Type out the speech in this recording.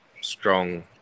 strong